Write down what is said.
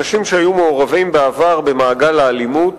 אנשים שהיו מעורבים בעבר במעגל האלימות